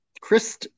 Chris